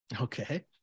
Okay